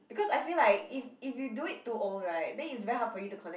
because I feel like if if you do it too old right then it's very hard for you to connect